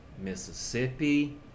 Mississippi